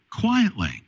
quietly